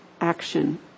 action